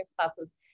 classes